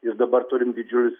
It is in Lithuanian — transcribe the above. ir dabar turim didžiulius